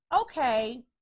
okay